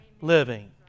living